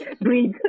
Breathe